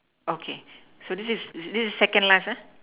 okay so this is this is second last ah